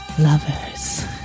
Lovers